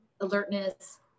alertness